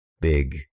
big